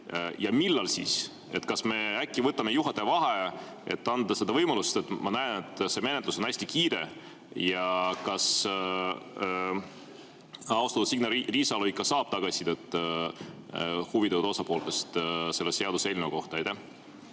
Ja millal? Kas me äkki võtame juhataja vaheaja, et anda seda võimalust? Ma näen, et see menetlus on hästi kiire. Kas austatud Signe Riisalo ikka saab tagasisidet huvitatud osapooltelt selle seaduseelnõu kohta? Aitäh!